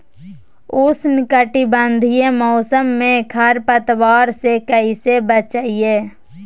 उष्णकटिबंधीय मौसम में खरपतवार से कैसे बचिये?